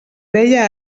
deia